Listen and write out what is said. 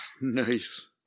nice